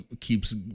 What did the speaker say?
keeps